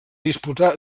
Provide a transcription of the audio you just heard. disputar